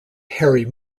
harry